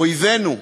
אויבינו,